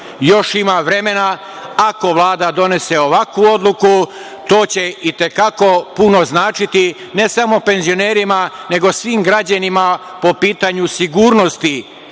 Još ima vremena, ako Vlada donese ovakvu odluku, to će i te kako puno značiti, ne samo penzionerima, nego svim građanima po pitanju sigurnosti